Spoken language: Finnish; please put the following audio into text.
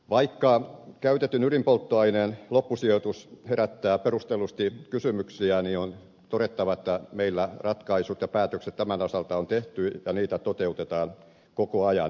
vaikka käytetyn ydinpolttoaineen loppusijoitus herättää perustellusti kysymyksiä on todettava että meillä ratkaisut ja päätökset tämän osalta on tehty ja niitä toteutetaan koko ajan